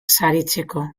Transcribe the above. saritzeko